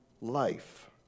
life